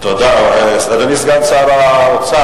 תודה, אדוני היושב-ראש.